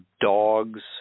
dog's